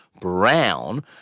brown